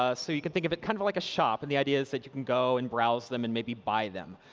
ah so you can think of it kind of of like a shop. and the idea is you can go and browse them and maybe buy them.